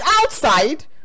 outside